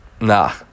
nah